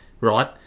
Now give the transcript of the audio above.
right